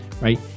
right